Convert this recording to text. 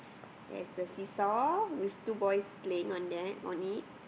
there's a see saw with two boys playing on them on it